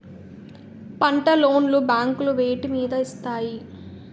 పంట లోన్ లు బ్యాంకులు వేటి మీద ఇస్తాయి?